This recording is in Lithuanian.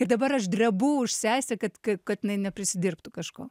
ir dabar aš drebu už sesę kad kad jinai neprisidirbtų kažko